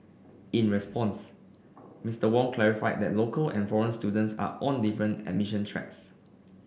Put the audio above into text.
in response Mister Wong clarified that local and foreign students are on different admission tracks